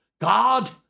God